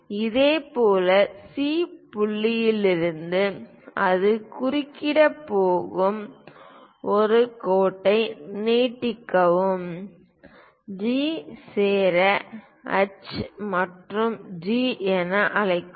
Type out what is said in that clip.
இதேபோல் சி புள்ளியிலிருந்து அது குறுக்கிடப் போகும் ஒரு கோட்டை நீட்டிக்கவும் ஜி சேர எச் மற்றும் ஜி என அழைக்கவும்